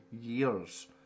years